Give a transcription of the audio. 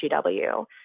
GW